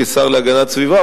כשר להגנת הסביבה,